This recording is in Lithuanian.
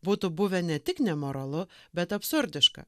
būtų buvę ne tik nemoralu bet absurdiška